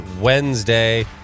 Wednesday